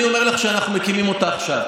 אני אומר לך שאנחנו מקימים אותה עכשיו.